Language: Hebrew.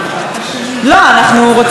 לא, אנחנו רוצים לדעת.